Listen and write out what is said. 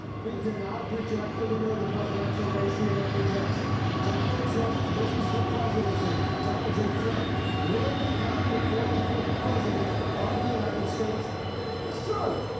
we can now project the winner of the presidential race. cnn projects donald trump wins the presidency. donald j. trump will become the forty fifth president of the united states. john it's true!